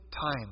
time